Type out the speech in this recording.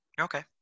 Okay